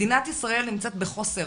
מדינת ישראל נמצאת בחוסר